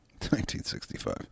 1965